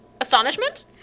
Astonishment